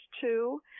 Two